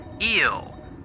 Eel